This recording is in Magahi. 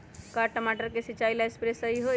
का टमाटर के सिचाई ला सप्रे सही होई?